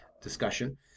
discussion